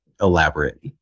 elaborate